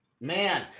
Man